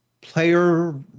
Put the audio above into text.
player